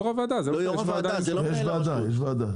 יש ועדה.